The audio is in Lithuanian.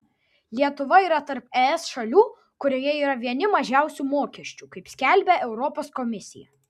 lietuva yra tarp es šalių kurioje yra vieni mažiausių mokesčių kaip skelbia europos komisija